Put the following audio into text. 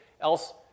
else